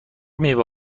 میوه